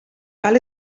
cal